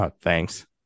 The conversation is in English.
thanks